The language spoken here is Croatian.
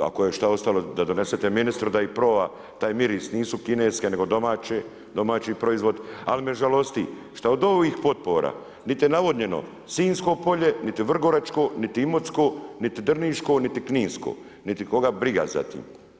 ako je šta ostalo da donesete ministru da ih proba, taj miris, nisu kineske, nego domaće, domaći proizvod, ali me žalosti što od ovih potpora biti navodnjeno Sinsko polje, niti Vrgoračko, niti Imotsko, niti Drniško, niti Kninsko, niti koga briga za tim.